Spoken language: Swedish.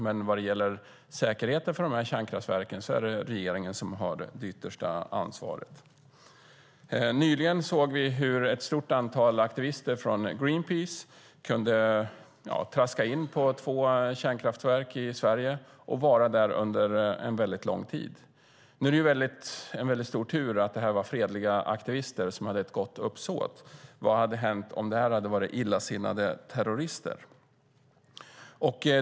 Men vad gäller säkerheten för de här kärnkraftverken är det regeringen som har det yttersta ansvaret. Nyligen såg vi hur ett stort antal aktivister från Greenpeace kunde traska in på två kärnkraftverk och vara där under lång tid. Det var en väldig tur att det var fredliga aktivister med gott uppsåt - vad hade hänt om de varit illasinnade terrorister?